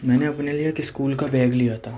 میں نے اپنے لئے ایک اسکول کا بیگ لیا تھا